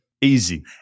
Easy